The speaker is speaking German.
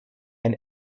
ein